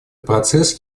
процесс